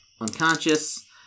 Unconscious